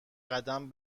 قدم